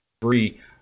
three